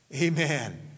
Amen